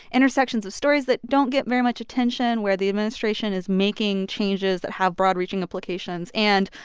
intersections of stories that don't get very much attention where the administration is making changes that have broad-reaching implications and,